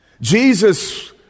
Jesus